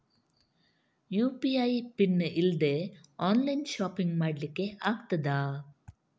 UPI PIN ಇಲ್ದೆ online shopping ಮಾಡ್ಲಿಕ್ಕೆ ಆಗ್ತದಾ?